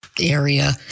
area